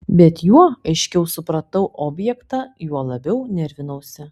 bet juo aiškiau supratau objektą juo labiau nervinausi